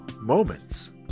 moments